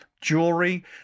jewelry